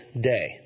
day